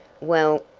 well,